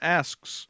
asks